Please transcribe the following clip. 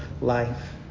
life